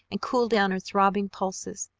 and cool down her throbbing pulses.